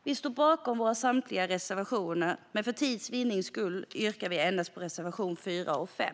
Vi står bakom samtliga våra reservationer, men för tids vinnande yrkar jag bifall endast till reservationerna 4 och 5.